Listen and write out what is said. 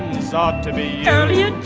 this ought to be